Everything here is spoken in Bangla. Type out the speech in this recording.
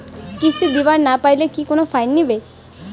কিস্তি দিবার না পাইলে কি কোনো ফাইন নিবে?